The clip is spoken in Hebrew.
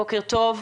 בוקר טוב.